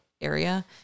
area